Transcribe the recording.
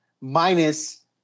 minus